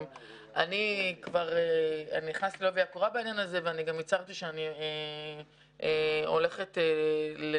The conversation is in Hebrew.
אני נכנסתי לעובי הקורה בעניין הזה ואני גם הצהרתי שאני הולכת לנהל